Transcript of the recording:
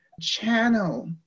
channel